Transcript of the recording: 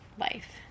life